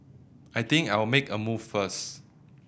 I think I'll make a move first